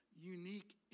unique